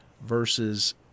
versus